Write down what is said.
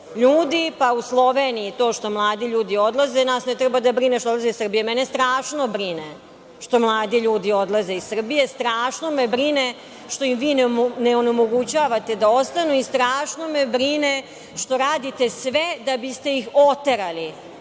ljudi, pa u Sloveniji to što mladi ljudi odlaze, nas ne treba da brine što odlaze Srbi. Mene strašno brine što mladi ljudi odlaze iz Srbije. Strašno me brine što im vi ne omogućavate da ostanu. I, strašno me brine što radite sve da biste ih oterali